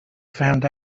found